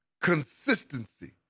consistency